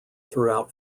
throughout